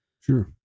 Sure